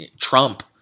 Trump